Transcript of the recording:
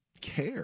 care